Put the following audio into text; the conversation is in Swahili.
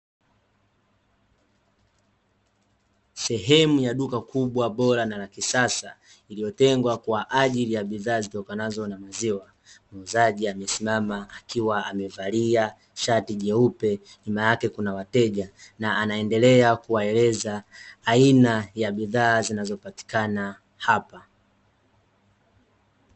Sehemu ya duka kubwa bora na la kisasa, iliyotengwa kwa ajili ya bidhaa zitokanazo na maziwa. Muuzaji amesimama akiwa amevalia shati jeupe, nyuma yake kuna wateja na anaendelea kuwaeleza aina ya bidhaa zinazopatikana hapa.